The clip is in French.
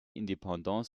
indépendante